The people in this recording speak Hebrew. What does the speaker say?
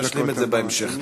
תשלים את זה בהמשך.